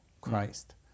Christ